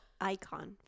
icon